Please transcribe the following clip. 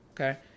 Okay